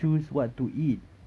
choose what to eat